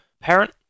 parent